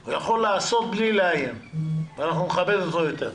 הוא יכול לעשות בלי לאיים ואנחנו נכבד אותו יותר.